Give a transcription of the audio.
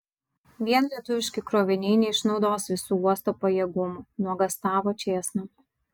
vien lietuviški kroviniai neišnaudos visų uosto pajėgumų nuogąstavo čėsna